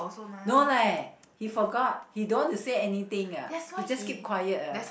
no leh he forgot he don't want to say anything ah he just keep quiet ah